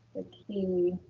the key